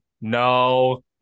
no